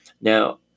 Now